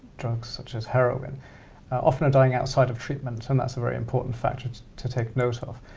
drugs such as heroin are often dying outside of treatment and that's a very important factor to to take note of.